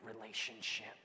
relationship